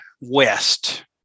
west